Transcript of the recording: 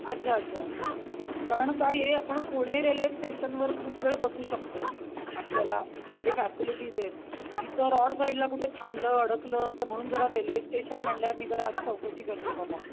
अच्छा अच्छा कारण काय आहे आपण पुणे रेल्वे स्टेशनवर खूप वेळ बसू शकतो आपल्याला ते फॅसिलिटीज आहेत इतर ऑड साईडला कुठे थांबलं अडकलं तर म्हणून जरा रेल्वे स्टेशन म्हणल्यावर मी जरा आधी चौकशी करते बाबा